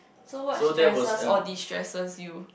so what stresses or destresses you